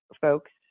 folks